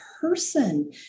person